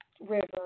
River